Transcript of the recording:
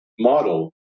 model